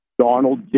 Donald